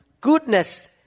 goodness